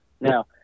Now